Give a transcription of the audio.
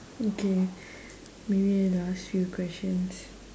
okay maybe I'll ask you questions